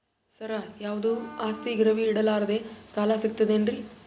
ಸರ, ಯಾವುದು ಆಸ್ತಿ ಗಿರವಿ ಇಡಲಾರದೆ ಸಾಲಾ ಸಿಗ್ತದೇನ್ರಿ?